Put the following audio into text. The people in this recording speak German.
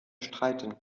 streiten